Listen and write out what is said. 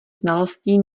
znalostí